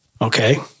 Okay